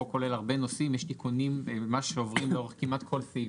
החוק כולל הרבה נושאים ויש תיקונים שעוברים ממש לאורך כל סעיף